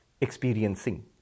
experiencing